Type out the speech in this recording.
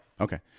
okay